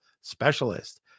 specialist